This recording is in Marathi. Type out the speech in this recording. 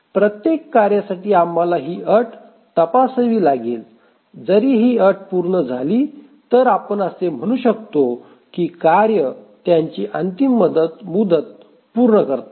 प्रत्येक कार्यासाठी आम्हाला ही अट तपासावी लागेल जरी ही अट पूर्ण झाली तर आपण असे म्हणू शकतो की कार्य त्यांची अंतिम मुदत पूर्ण करतात